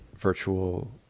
virtual